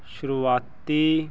ਸ਼ੁਰੂਆਤੀ